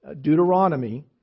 Deuteronomy